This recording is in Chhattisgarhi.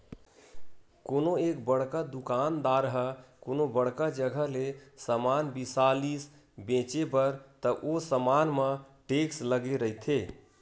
कोनो एक बड़का दुकानदार ह कोनो बड़का जघा ले समान बिसा लिस बेंचे बर त ओ समान म टेक्स लगे रहिथे